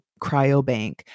cryobank